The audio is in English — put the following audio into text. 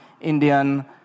Indian